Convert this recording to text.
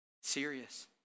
serious